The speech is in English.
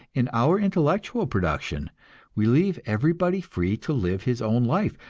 in our intellectual production we leave everybody free to live his own life,